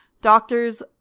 doctors